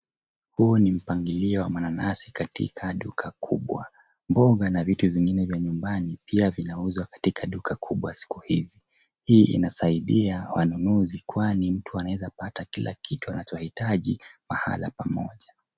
Huu ni mpangilio wa mananasi katika duka kubwa. Mboga na vitu zingine vya nyumbani pia vinauzwa katika duka siku hizi. Hii inasaidia wanunuzi kwani mtu anawezapata kila kitu anachohitaji mahala pamoja.